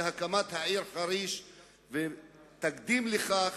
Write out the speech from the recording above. והקמת העיר חריש תקדים לכך,